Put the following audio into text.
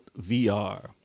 VR